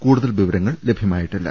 കൂടുതൽ വിവരങ്ങൾ ലഭ്യ മായിട്ടില്ല